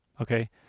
Okay